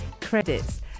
credits